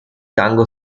tango